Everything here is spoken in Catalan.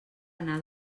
anar